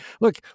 Look